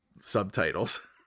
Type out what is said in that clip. subtitles